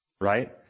Right